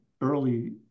early